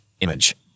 Image